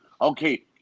Okay